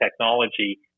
technology